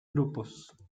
grupos